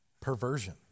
perversion